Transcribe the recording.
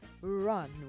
run